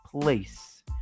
place